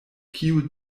kiu